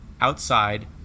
outside